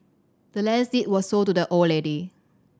the land's deed was sold to the old lady